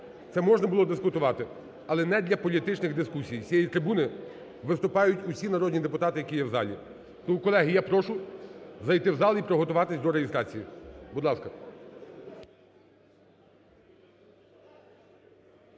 це можна було дискутувати, але не для політичних дискусій. З цієї трибуни виступають усі народні депутати, які є в залі. Тому, колеги, я прошу зайти в зал і приготуватись до реєстрації. Будь ласка.